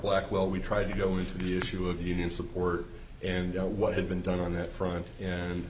blackwell we tried to go into the issue of union support and what had been done on that front and